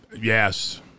Yes